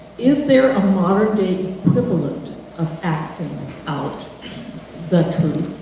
is there a modern day equivalent of acting out the truth,